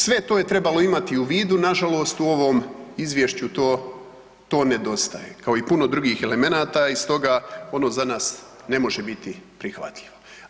Sve to je trebalo imati u vidu, nažalost u ovom izvješću to, to nedostaje kao i puno drugih elemenata i stoga ono za nas ne može biti prihvatljivo.